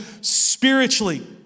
spiritually